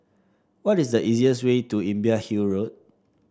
what is the easiest way to Imbiah Hill Road